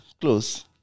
close